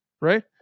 right